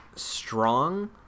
strong